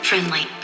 Friendly